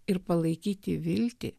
ir palaikyti viltį